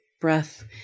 breath